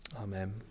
Amen